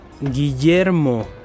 Guillermo